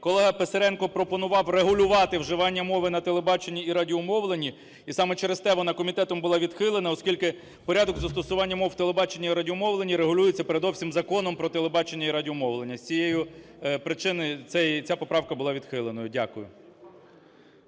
колега Писаренко пропонував врегулювати вживання мови на телебаченні і радіомовленні. І саме через те вона комітетом була відхилена, оскільки порядок застосування мов в телебаченні і радіомовленні регулюється, передусім Законом "Про телебачення і радіомовлення". З цієї причини цей… ця поправка була відхиленою. Дякую.